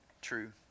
true